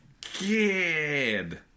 kid